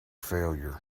failure